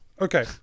Okay